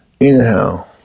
Anyhow